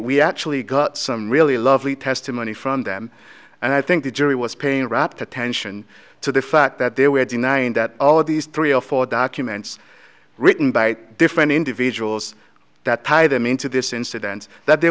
we actually got some really lovely testimony from them and i think the jury was paying rapt attention to the fact that they were denying that all of these three or four documents written by different individuals that paid them into this incident that the